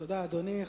תודה, אדוני.